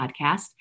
podcast